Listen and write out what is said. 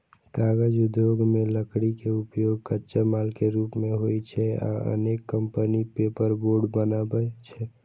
कागज उद्योग मे लकड़ी के उपयोग कच्चा माल के रूप मे होइ छै आ अनेक कंपनी पेपरबोर्ड बनबै छै